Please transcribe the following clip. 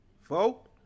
Folk